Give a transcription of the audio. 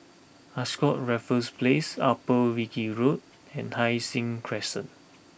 Ascott Raffles Place Upper Wilkie Road and Hai Sing Crescent